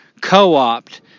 co-opt